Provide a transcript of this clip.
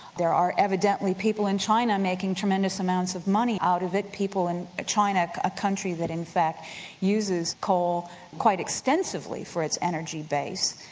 there are evidently people in china making tremendous amounts of money out of it. people in china, a country that in fact uses coal quite extensively for its energy base.